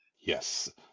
yes